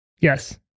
Yes